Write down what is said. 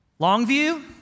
Longview